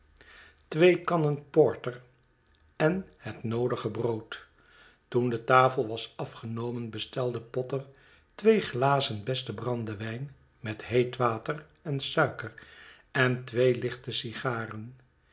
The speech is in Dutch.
twee kannen porter en het noodige brood toen de tafel was afgenomen bestelde potter twee glazen besten brandewijn met heet water en suiker en twee lichte sigaren